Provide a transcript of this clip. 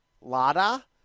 Lada